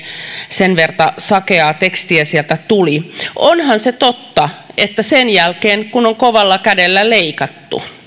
sen verta sakeaa tekstiä sieltä tuli onhan se totta että kun on kovalla kädellä leikattu